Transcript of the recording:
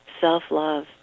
self-love